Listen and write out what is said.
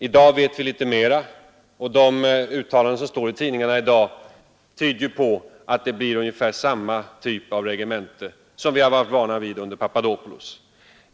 I dag vet vi litet mera, och de uttalanden som återges i dagens tidningar tyder på att det blir ungefär samma typ av regemente som vi har varit vana vid under Papadopoulos.